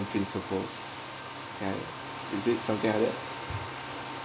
principles an~ is it something like that